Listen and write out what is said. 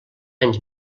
anys